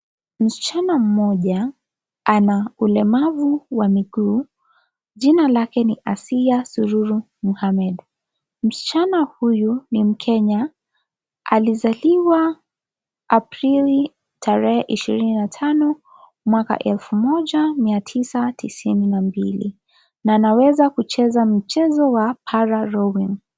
Msichana mmoja ana ulemavu wa miguu, jina lake ni Asia Suluhu Mohammed. Msichana huyu ni mkenya alizaliwa Aprili, tarehe 25 mwaka 1992 na anaweza kucheza mchezo wa para Olympiki.